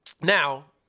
Now